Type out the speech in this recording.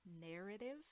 narrative